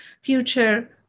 future